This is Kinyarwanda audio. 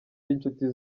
b’inshuti